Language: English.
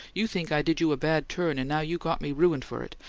you think i did you a bad turn, and now you got me ruined for it,